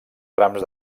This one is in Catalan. trams